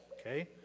okay